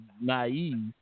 naive